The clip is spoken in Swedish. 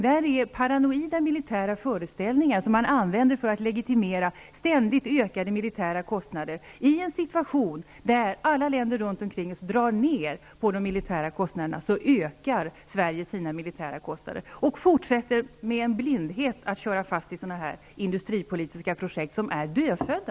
Det är paranoida militära föreställningar som används för att legitimera ständigt ökade militära kostnader. I en situation där alla länder runt omkring Sverige drar ned på de militära kostnaderna ökar Sverige de militära kostnaderna och fortsätter blint att köra fast i industripolitiska projekt som är dödfödda.